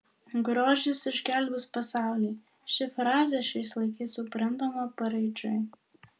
grožis išgelbės pasaulį ši frazė šiais laikais suprantama paraidžiui